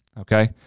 okay